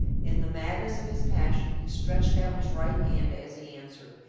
in the madness of his passion, he stretched out his right hand as he answered,